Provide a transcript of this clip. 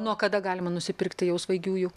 nuo kada galima nusipirkti jau svaigiųjų